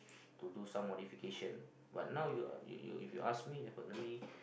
to do some modification but now you you you you ask me definitely